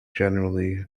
generally